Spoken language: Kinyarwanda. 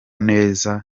neza